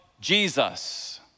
Jesus